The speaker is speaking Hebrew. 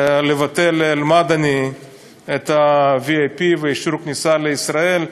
לבטל לאל-מדני את ה-VIP ואת אישור הכניסה לישראל.